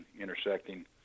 intersecting